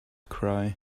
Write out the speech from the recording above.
cry